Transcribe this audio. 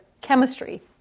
chemistry